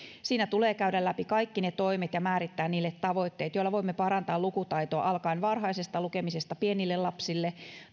siinä tulee käydä läpi kaikki ne toimet ja määrittää niille tavoitteet joilla voimme parantaa lukutaitoa alkaen varhaisesta lukemisesta pienille lapsille